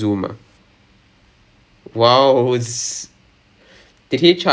through zoom eh